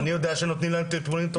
אני יודע שנותנים להם טיפולים תרופתיים.